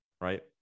right